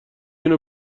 اینو